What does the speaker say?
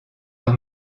sur